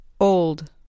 Old